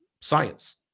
science